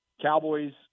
Cowboys